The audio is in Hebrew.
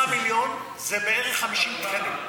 10 מיליון זה בערך 50 תקנים.